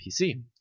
PC